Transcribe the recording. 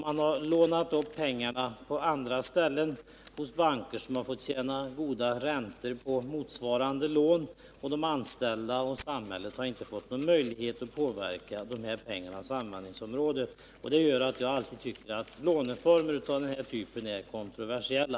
Man har lånat upp pengarna hos banker, som har kunnat tjäna goda räntor på dem. De anställda och samhället har inte fått någon möjlighet att påverka dessa pengars användningsområden. Detta gör att jag alltid har tyckt att låneformer av denna typ är kontroversiella.